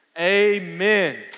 amen